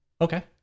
Okay